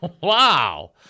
Wow